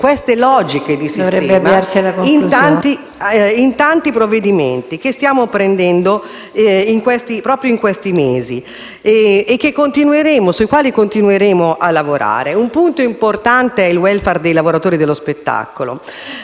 queste logiche di sistema nei tanti provvedimenti di cui ci stiamo occupando negli ultimi mesi e sui quali continueremo a lavorare. Un punto importante è il *welfare* dei lavoratori dello spettacolo,